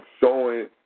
showing